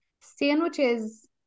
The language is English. Sandwiches